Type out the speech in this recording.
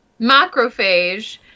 Macrophage